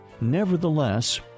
Nevertheless